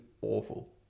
awful